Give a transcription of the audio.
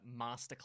Masterclass